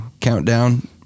countdown